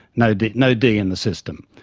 no d no d in the system.